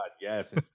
Yes